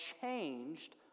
changed